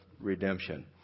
redemption